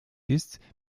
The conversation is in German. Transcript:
ist